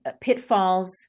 pitfalls